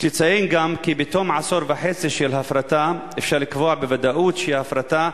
יש לציין גם כי בתום עשור וחצי של הפרטה אפשר לקבוע בוודאות שההפרטה,